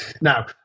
now